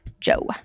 Joe